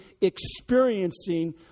experiencing